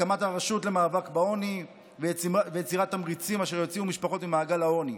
הקמת הרשות למאבק בעוני ויצירת תמריצים אשר יוציאו משפחות ממעגל העוני,